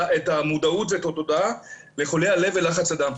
המודעות ואת התודעה לחולי הלב ולחץ הדם.